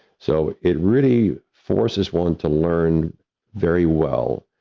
so, it really forces one to learn very well,